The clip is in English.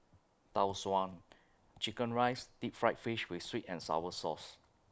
Tau Suan Chicken Rice Deep Fried Fish with Sweet and Sour Sauce